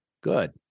Good